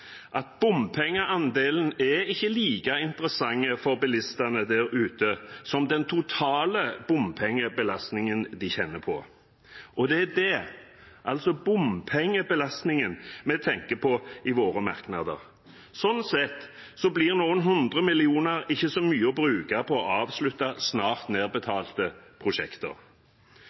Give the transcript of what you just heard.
Stortinget. Bompengeandelen er ikke like interessant for bilistene der ute som den totale bompengebelastningen de kjenner på. Og det er det, altså bompengebelastningen, vi tenker på i våre merknader. Sånn sett blir noen hundre millioner ikke så mye å bruke på å avslutte snart nedbetalte prosjekter.